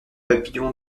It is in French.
papillon